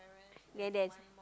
then there's